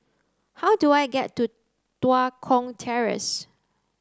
how do I get to Tua Kong Terrace